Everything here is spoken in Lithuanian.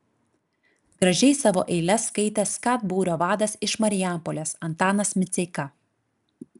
gražiai savo eiles skaitė skat būrio vadas iš marijampolės antanas miceika